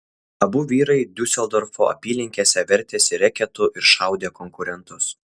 abu vyrai diuseldorfo apylinkėse vertėsi reketu ir šaudė konkurentus